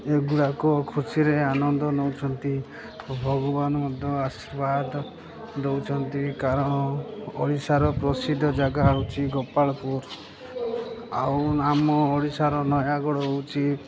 ଏଗୁଡ଼ାକ ଖୁସିରେ ଆନନ୍ଦ ନଉଛନ୍ତି ଭଗବାନ ମଧ୍ୟ ଆଶୀର୍ବାଦ ଦଉଛନ୍ତି କାରଣ ଓଡ଼ିଶାର ପ୍ରସିଦ୍ଧ ଜାଗା ହଉଛି ଗୋପାଳପୁର ଆଉ ଆମ ଓଡ଼ିଶାର ନୟାଗଡ଼ ହଉଛି